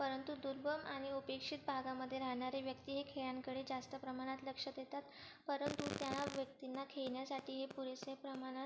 परंतु दुर्गम आणि उपेक्षित भागामध्ये राहणारे व्यक्ती हे खेळांकडे जास्त प्रमाणात लक्ष देतात परंतु त्या व्यक्तींना खेळण्यासाठी हे पुरेशा प्रमाणात